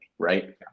Right